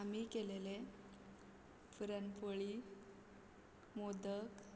आमी केलेले पुरण पोळी मोदक